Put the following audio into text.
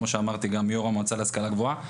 כמו שאמרתי גם יו"ר המועצה להשכלה גבוהה,